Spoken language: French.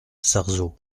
sarzeau